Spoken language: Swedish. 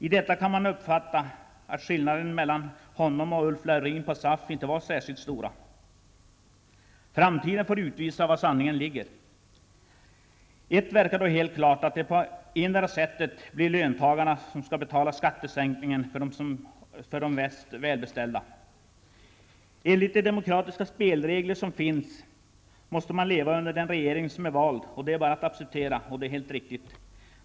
I detta kan man uppfatta att skillnaden mellan hans och Ulf Laurins på SAF uppfattning inte var särskilt stor. Framtiden får utvisa var sanningen ligger. Ett verkar då helt klart, nämligen att det på endera sättet blir löntagarna som skall betala skattesänkningen för de välbeställda. Enligt de demokratiska spelregler som finns måste man leva under den regering som är vald. Det är bara att acceptera, och det är helt riktigt.